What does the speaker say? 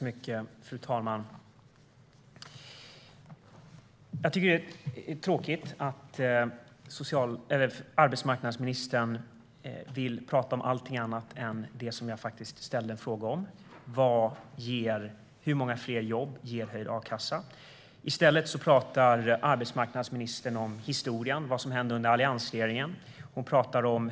Fru talman! Det är tråkigt att arbetsmarknadsministern vill prata om allting annat än det jag faktiskt ställde en fråga om, nämligen hur många fler jobb en höjd a-kassa ger. I stället pratar arbetsmarknadsministern om historien, om vad som hände under alliansregeringen.